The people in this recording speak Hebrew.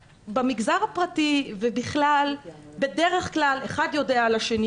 במגזר הפרטי ובכלל בדרך כלל אחד יודע על השני.